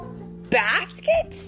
basket